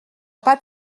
pas